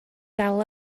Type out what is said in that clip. dal